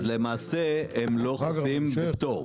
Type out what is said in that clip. אז למעשה הם לא חוסים בפטור,